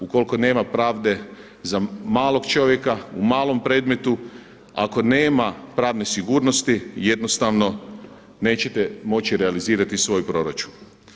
Ukoliko nema pravde za malog čovjeka u malom predmetu, ako nema pravne sigurnosti jednostavno nećete moći realizirati svoj proračun.